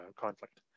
conflict